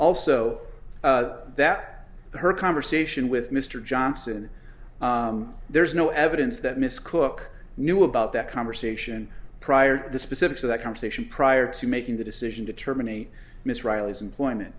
also that her conversation with mr johnson there's no evidence that miss cooke knew about that conversation prior to the specifics of that conversation prior to making the decision to terminate miss riley's employment